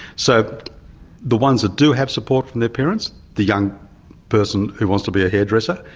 so the ones that do have support from their parents, the young person who wants to be a hairdresser,